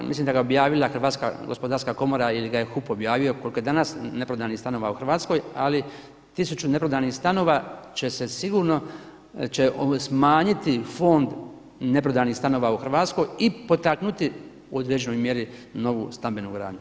Ja mislim da ga je objavila Hrvatska gospodarska komora ili ga je HUP objavio koliko je danas neprodanih stanova u Hrvatskoj, ali 1000 neprodanih stanova će se sigurno, će smanjiti fond neprodanih stanova u Hrvatskoj i potaknuti u određenoj mjeri novu stambenu gradnju.